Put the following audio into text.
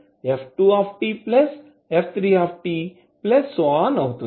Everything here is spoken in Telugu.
అవుతుంది